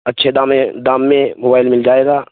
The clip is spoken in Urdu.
اچھے دام دام میں موبائل مل جائے گا